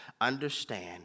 understand